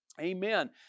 Amen